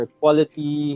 quality